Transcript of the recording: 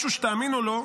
משהו שתאמינו או לא,